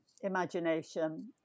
imagination